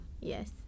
yes